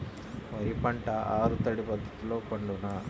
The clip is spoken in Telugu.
వరి పంట ఆరు తడి పద్ధతిలో పండునా?